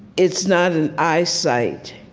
it's not an i sight,